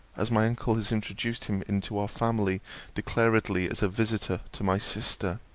as my uncle has introduced him into our family declaredly as a visitor to my sister.